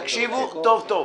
חברים, תקשיבו טוב-טוב.